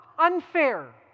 Unfair